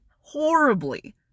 horribly